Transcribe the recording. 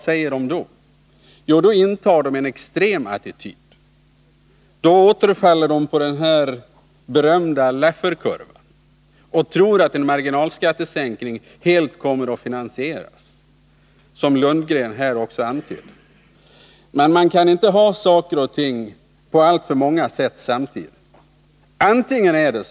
Jo, då intar de en extrem attityd. Då återfaller de på den berömda Lafferkurvan och tror att en marginalskattesänkning helt kommer att finansieras, vilket Bo Lundgren också antydde. Men man kan inte se saker och ting på alltför många sätt samtidigt.